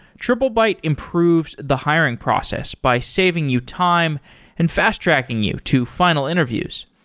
triplebyte improves the hiring process by saving you time and fast-tracking you to final interviews.